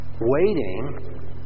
waiting